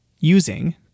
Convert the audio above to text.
using